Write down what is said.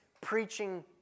preaching